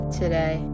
today